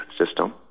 system